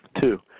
Two